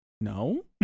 No